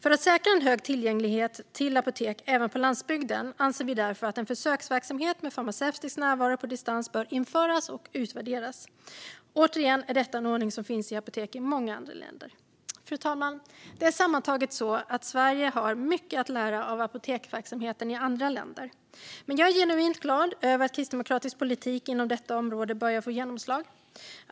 För att säkra en hög tillgänglighet till apotek även på landsbygden anser vi därför att en försöksverksamhet med farmaceutisk närvaro på distans bör införas och utvärderas. Återigen är detta en ordning som finns på apotek i andra länder. Fru talman! Sammantaget har Sverige mycket att lära av apoteksverksamheten i andra länder. Jag är dock genuint glad över att kristdemokratisk politik inom detta område börjar få genomslag.